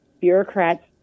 bureaucrats